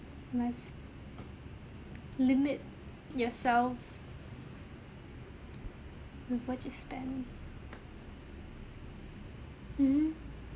must limit yourself before just spend mmhmm